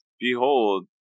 Behold